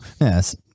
Yes